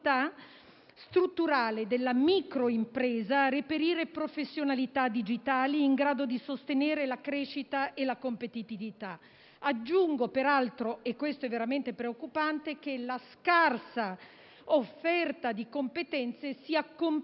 strutturale della microimpresa a reperire professionalità digitali, in grado di sostenere la crescita e la competitività. Aggiungo peraltro un dato veramente preoccupante, relativo al fatto che la scarsa offerta di competenze si accompagna